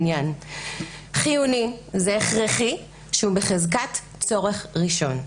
חיוני זה הכרחי, שהוא בחזקת צורך ראשון.